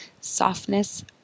softness